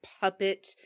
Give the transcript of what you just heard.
puppet